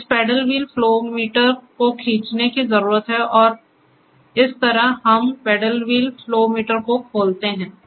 तो इस paddle wheel flow meter को खींचने की जरूरत है और इस तरह हम पैडल व्हील फ्लो मीटर को खोलते हैं